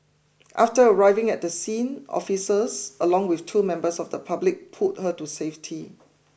after arriving at the scene officers along with two members of the public pulled her to safety